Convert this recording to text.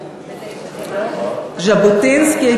ז'בוטינסקי,